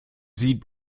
sieht